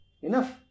enough